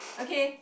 okay